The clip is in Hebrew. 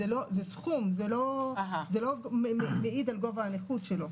זה סכום, זה לא מעיד על גובה הנכות שלו.